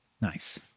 Nice